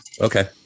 Okay